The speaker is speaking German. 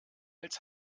als